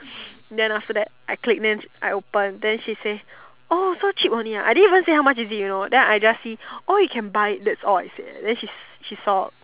then after that I click then I open then she say oh so cheap only ah I didn't even say how much is it you know then I just see oh you can buy it that's all I said then she she saw